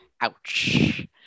ouch